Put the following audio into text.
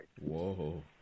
Whoa